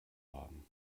behalten